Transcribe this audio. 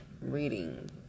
reading